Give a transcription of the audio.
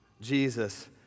Jesus